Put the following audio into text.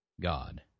God